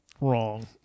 Wrong